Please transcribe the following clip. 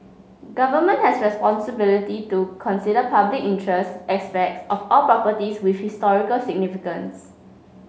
government has responsibility to consider public interest aspects of all properties with historical significance